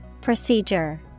Procedure